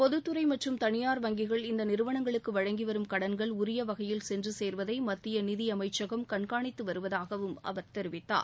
பொதுத்துறை மற்றும் தனியார் வங்கிகள் இந்த நிறுவனங்களுக்கு வழங்கிவரும் கடன்கள் உரிய வகையில் சென்று சேருவதை மத்திய நிதியமைச்சகம் கண்காணித்து வருவதாகவும் அவர் தெரிவித்தார்